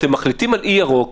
אתם מחליטים על אי ירוק,